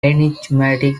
enigmatic